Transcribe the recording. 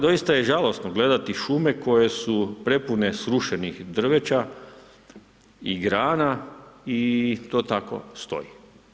Doista je žalosno gledati šume koje su prepune srušenih drveća i grana i to tako stoji.